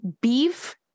Beef